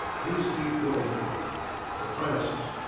please keep going, courtney for frances,